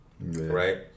Right